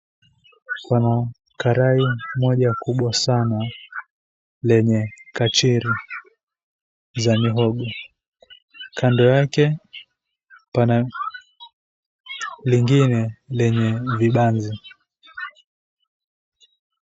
Pana karai moja kubwa sana lenye kachiri za mihogo. Kando yake pana lingine lenye vibanzi.